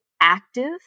active